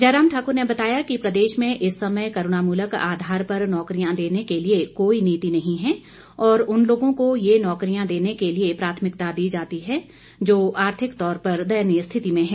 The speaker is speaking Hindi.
जयराम ठाकुर ने बताया कि प्रदेश में इस समय करुणामूलक आधार पर नौकरियां देने के लिए कोई नीति नहीं है और उन लोगों को ये नौकरियां देने के लिए प्राथमिकता दी जाती है जो आर्थिक तौर पर दयनीय स्थिति में हैं